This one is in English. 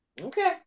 Okay